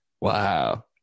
Wow